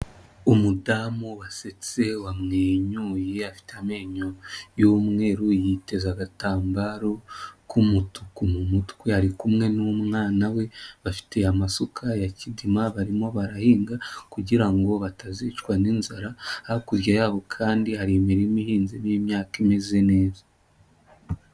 Umudamu wasetse wamwenyuye, afite amenyo y'umweru, yiteza agatambaro k'umutuku mu mutwe, ari kumwe n'umwana we, bafite amasuka ya kidina barimo barahinga kugira ngo batazicwa n'inzara, hakurya yabo kandi hari imirima ihinzemo imyaka imeze neza.